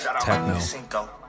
techno